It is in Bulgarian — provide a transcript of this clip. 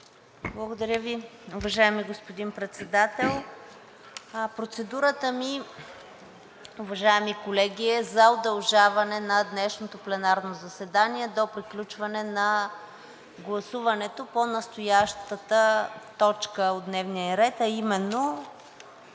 Благодаря Ви, уважаеми господин Председател. Процедурата ми, уважаеми колеги, е за удължаване на днешното пленарно заседание до приключване на гласуването по настоящата точка от дневния ред, а именно